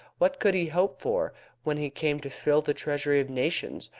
what could he hope for when he came to fill the treasury of nations,